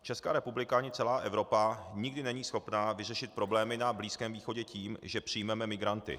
Česká republika ani celá Evropa nikdy není schopna vyřešit problémy na Blízkém východě tím, že přijmeme migranty.